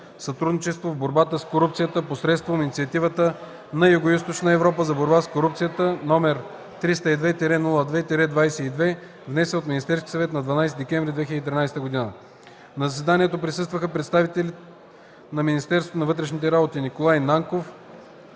сътрудничество в борбата с корупцията посредством Инициативата на Югоизточна Европа за борба с корупцията, № 302-02-22, внесен от Министерския съвет на 12 декември 2013 г. На заседанието присъстваха представители на Министерството на вътрешните работи: Николай Нанков